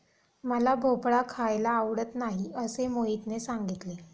मला भोपळा खायला आवडत नाही असे मोहितने सांगितले